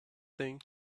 thing